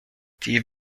die